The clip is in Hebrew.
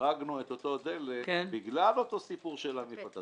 שהחרגנו את אותו דלק בגלל אותו סיפור של המפעל.